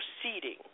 proceeding